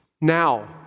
Now